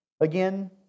Again